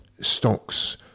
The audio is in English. stocks